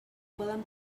poden